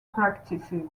practices